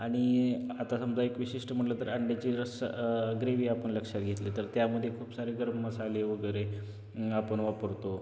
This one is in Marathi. आणि आता समजा एक विशिष्ट म्हटलं तर अंड्याची रस्सा ग्रेवी आपण लक्षात घेतली तर त्यामध्ये खूप सारे गरम मसाले वगैरे आपण वापरतो